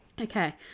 okay